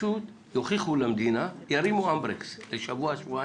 פשוט יוכיחו למדינה, ירימו הנדברקס לשבוע-שבועיים,